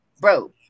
bro